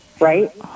Right